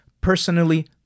Personally